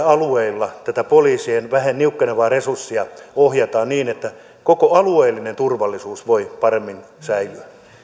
alueilla poliisien niukkenevia resursseja ohjataan niin että koko alueellinen turvallisuus voi paremmin säilyä